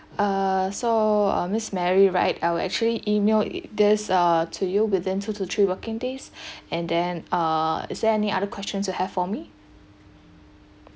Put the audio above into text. uh so uh miss mary right I'll actually email this uh to you within two to three working days and then uh is there any other questions you have for me